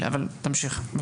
תמשיך.